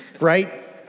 right